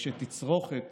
כשצריכת